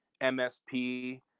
MSP